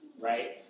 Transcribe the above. right